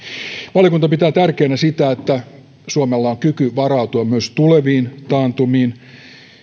valiokunta pitää tärkeänä sitä että suomella on kyky varautua myös tuleviin taantumiin